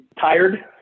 tired